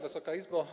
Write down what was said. Wysoka Izbo!